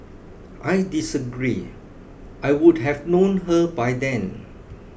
I disagree I would have known her by then